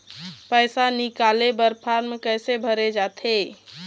पैसा निकाले बर फार्म कैसे भरे जाथे?